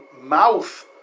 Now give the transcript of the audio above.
mouth